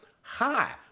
hi